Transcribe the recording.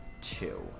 two